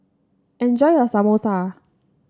enjoy your Samosa